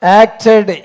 acted